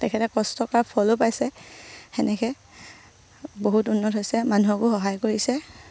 তেখেতে কষ্টৰ ফলো পাইছে সেনেকে বহুত উন্নত হৈছে মানুহকো সহায় কৰিছে